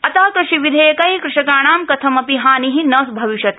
अत कृषिविधेयकै कृषकाणां कथमपि हानि न भविष्यति